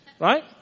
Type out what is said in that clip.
right